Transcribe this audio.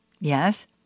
Yes